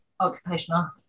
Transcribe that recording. occupational